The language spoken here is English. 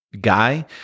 guy